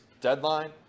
deadline